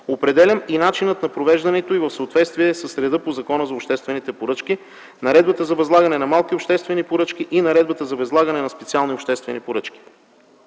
определям и начина на провеждането й в съответствие с реда по Закона за обществените поръчки, Наредбата за възлагане на малки обществени поръчки и Наредбата за възлагане на специални обществени поръчки.